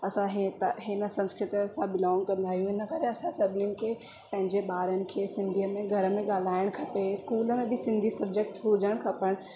असां हीअ त हिन संस्कृतीअ सां बिलॉंग कंदा आहियूं इन करे असां सभनीनि खे पंहिंजे ॿारनि खे सिंधीअ में घर में ॻाल्हाइणु खपे स्कूल में बि सिंधी सब्जेक्ट हुजणु खपनि